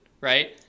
right